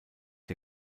der